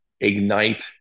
ignite